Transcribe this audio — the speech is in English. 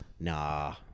nah